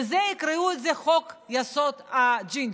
יקראו לזה חוק-יסוד: הג'ינג'ים,